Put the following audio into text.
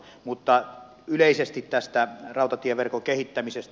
mutta yleisesti tästä rautatieverkon kehittämisestä